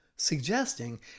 suggesting